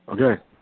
Okay